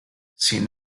sin